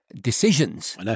decisions